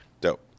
Dope